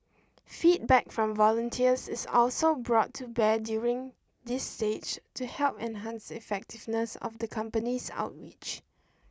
feedback from volunteers is also brought to bear during this stage to help enhance the effectiveness of the company's outreach